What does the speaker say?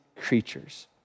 creatures